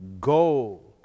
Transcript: gold